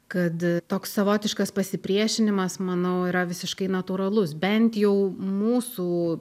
kad toks savotiškas pasipriešinimas manau yra visiškai natūralus bent jau mūsų